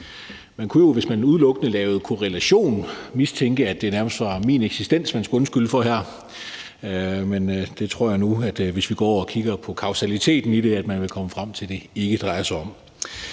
Man kunne jo, hvis man udelukkende lavede korrelation, mistænke, at det nærmest var min eksistens, man skulle undskylde for her. Men jeg tror nu, at hvis man går over og kigger på kausaliteten, vil man komme frem til, at det ikke drejer sig om